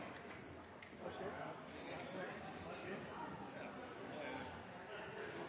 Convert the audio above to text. er til